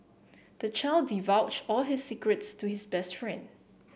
the child divulged all his secrets to his best friend